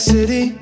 City